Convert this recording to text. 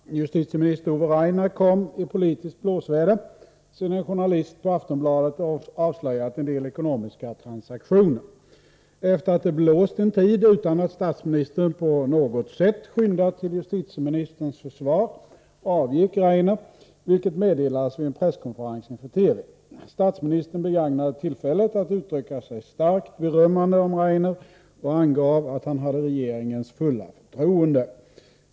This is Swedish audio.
Herr talman! Justitieminister Ove Rainer kom i politiskt blåsväder sedan en journalist på Aftonbladet avslöjat en del ekonomiska transaktioner. Sedan det blåst en tid utan att statsministern på något sätt skyndat till justitieministerns försvar avgick Rainer, vilket meddelades vid en presskonferens inför TV. Statsministern begagnade tillfället att uttrycka sig starkt berömmande om Rainer och angav att denne hade regeringens fulla förtroende.